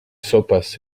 sopas